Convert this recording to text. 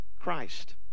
Christ